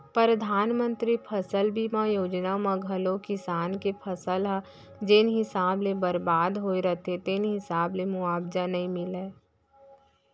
परधानमंतरी फसल बीमा योजना म घलौ किसान के फसल ह जेन हिसाब ले बरबाद होय रथे तेन हिसाब ले मुवावजा नइ मिलय